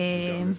וגם לצטט.